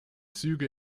züge